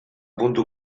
puntu